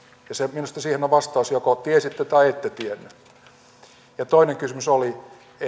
minusta siihen on vastaus joko tiesitte tai ette tiennyt toinen kysymys oli